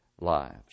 lives